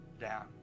down